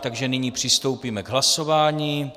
Takže nyní přistoupíme k hlasování.